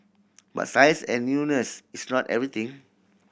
but size and newness is not everything